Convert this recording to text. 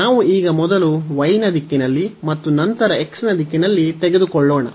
ನಾವು ಈಗ ಮೊದಲು y ನ ದಿಕ್ಕಿನಲ್ಲಿ ಮತ್ತು ನಂತರ x ನ ದಿಕ್ಕಿನಲ್ಲಿ ತೆಗೆದುಕೊಳ್ಳೋಣ